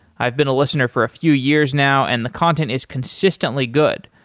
i've been a listener for a few years now and the content is consistently good.